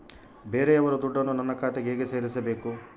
ಬೇರೆಯವರ ದುಡ್ಡನ್ನು ನನ್ನ ಖಾತೆಗೆ ಹೇಗೆ ಸೇರಿಸಬೇಕು?